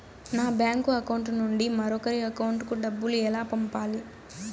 నా bank account నుండి మరొకరి అకౌంట్ కు డబ్బులు ఎలా పంపాలి